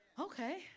Okay